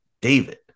David